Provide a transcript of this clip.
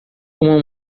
uma